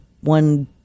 one